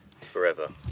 forever